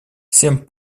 всем